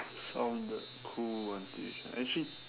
sounded cool until you tri~ actually